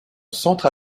centre